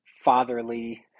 fatherly